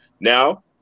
Now